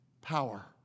power